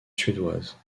suédoises